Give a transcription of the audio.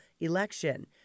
election